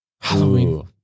Halloween